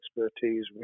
expertise